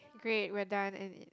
great we're done and it